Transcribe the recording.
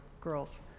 girls